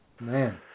Man